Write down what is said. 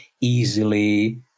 easily